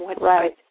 Right